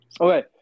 Okay